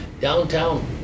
Downtown